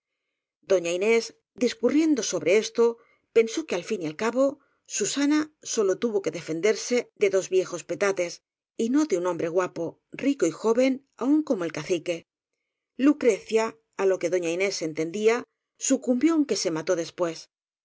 doña inés discurriendo sobre esto pensó que al fin y al cabo susana sólo tuvo que defender se de dos viejos petates y no de un hombre guapo rico y joven aún como el cacique lucrecia á lo que doña inés entendía sucumbió aunque se mató después